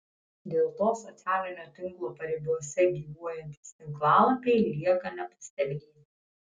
dėl to socialinio tinklo paribiuose gyvuojantys tinklalapiai lieka nepastebėti